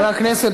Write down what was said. חברי הכנסת,